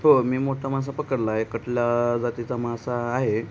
हो मी मोठ्ठा मासा पकडला आहे कटला जातीचा मासा आहे